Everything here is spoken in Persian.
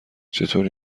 چطوری